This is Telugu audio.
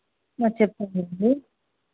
చెప్పండి ఎవరు